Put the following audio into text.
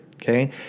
Okay